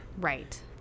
Right